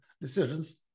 decisions